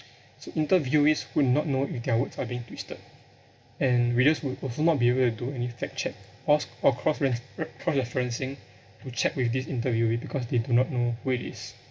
so interviewees would not know if their words are being twisted and we just will also not be able to do any fact check cros~ or cross ref~ cross referencing to check with this interviewee because they do not know who it is